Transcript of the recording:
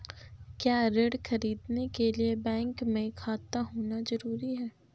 क्या ऋण ख़रीदने के लिए बैंक में खाता होना जरूरी है?